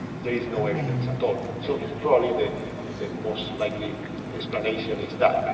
there is no evidence at all. so, probably the the most likely explanation is that, you